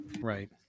Right